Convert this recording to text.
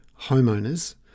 homeowners